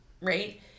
Right